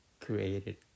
created